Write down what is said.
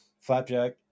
Flapjack